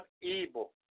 evil